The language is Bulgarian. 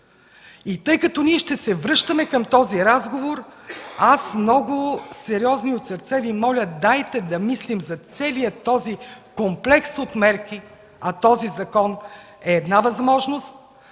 И тъй като ние ще се връщаме към този разговор, аз много сериозно и от сърце Ви моля – дайте да мислим за целия този комплекс от мерки, а този закон е една възможност,